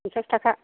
फन्सास थाखा